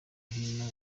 hino